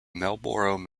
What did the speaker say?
marlborough